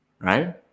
right